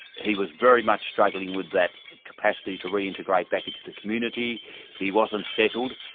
he was very much struggling with that capacity to reintegrate back into the community he wasn't settled,